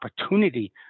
opportunity